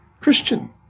Christian